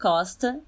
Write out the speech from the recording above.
Costa